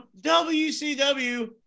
WCW